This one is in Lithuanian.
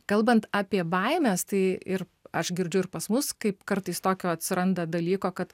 kalbant apie baimes tai ir aš girdžiu ir pas mus kaip kartais tokio atsiranda dalyko kad